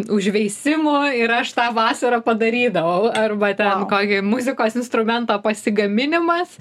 užveisimu ir aš tą vasarą padarydavau arba ten kokį muzikos instrumento pasigaminimas